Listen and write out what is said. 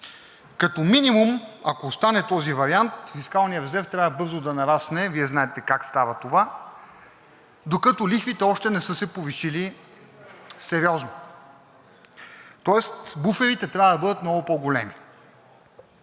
Като минимум, ако остане този вариант, фискалният резерв трябва бързо да нарасне. Вие знаете как става това, докато лихвите още не са се повишили сериозно. Тоест буферите трябва да бъдат много по-големи.